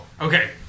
Okay